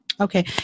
Okay